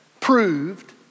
proved